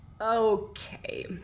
Okay